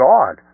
God